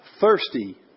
thirsty